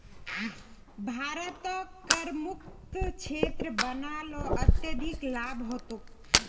भारतक करमुक्त क्षेत्र बना ल अत्यधिक लाभ ह तोक